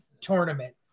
tournament